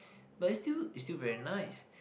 but is still is still very nice